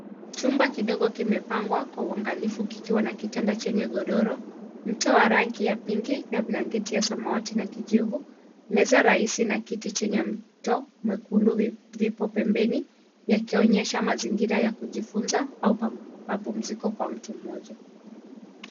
Chumba kidogo kimepangwa kwa uangalifu kikiwa na kitanda chenye godoro, mto wa rangi ya pinki na blanketi ya samawati na kijivu, meza rahisi na kiti chenye mto mwekundu vipo pembeni yakionyesha mazingira ya kujifunza au mapumziko kwa mtu mmoja.